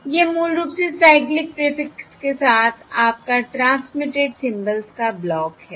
और यह क्या है यह मूल रूप से साइक्लिक प्रीफिक्स के साथ आपका ट्रांसमिटेड सिम्बल्स का ब्लॉक है